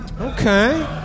Okay